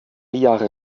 jahre